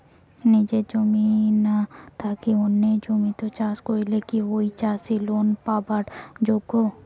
নিজের জমি না থাকি অন্যের জমিত চাষ করিলে কি ঐ চাষী লোন পাবার যোগ্য?